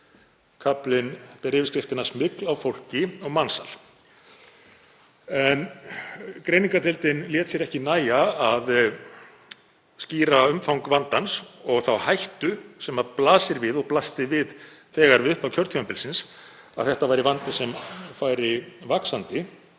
Kaflinn ber yfirskriftina „Smygl á fólki/Mansal“. Greiningardeildin lét sér ekki nægja að skýra umfang vandans og þá hættu sem blasir við og blasti við þegar við upphaf kjörtímabilsins, að þetta væri vandi sem færi vaxandi,